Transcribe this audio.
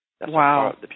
Wow